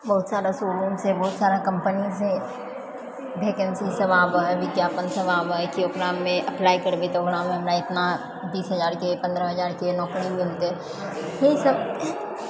बहुत सारा शोरूमससंँ बहुत सारा कम्पनी से भेकेन्सी सब आबए है विज्ञापन सब आबए है कि ओकरामे अप्लाइ करबै तऽ ओकरामे हमरा एतना बीस हजार के पन्द्रह हजार के नौकरी मिलतै इएह सब